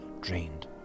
drained